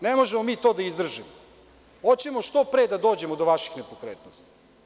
Ne možemo mi to da izdržimo, hoćemo što pre da dođemo do vaših nepokretnosti.